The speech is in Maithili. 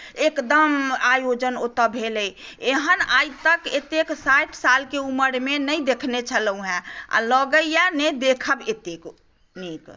एकदम आयोजन ओतय भेलय एहन आइ तक एतेक साठि सालके उम्रमे नहि देखने छलहुँ हेँ आ लगैए ने देखब एतेक नीक